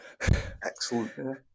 Excellent